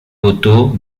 auto